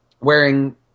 wearing